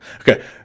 Okay